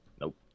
Nope